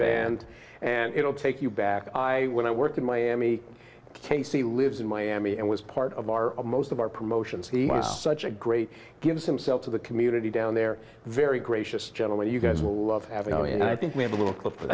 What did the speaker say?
banned and it will take you back i when i worked in miami k c lives in miami and was part of our most of our promotions he was such a great gives himself to the community down there very gracious gentlemen you guys will love having me and i think we have a little clip